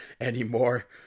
anymore